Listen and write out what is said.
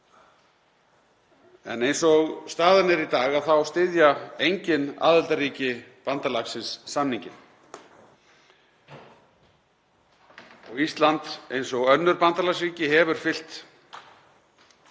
En eins og staðan er í dag þá styðja engin aðildarríki bandalagsins samninginn og Ísland, eins og önnur bandalagsríki, hefur fylgt